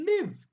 live